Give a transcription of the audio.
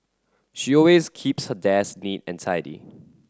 she always keeps her desk neat and tidy